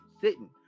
sitting